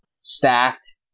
stacked